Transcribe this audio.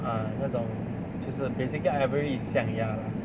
ah 那种就是 basically ivory is 象牙啦